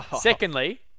Secondly